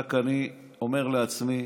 ורק אני אומר לעצמי